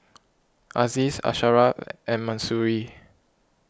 Aziz Asharaff and Mahsuri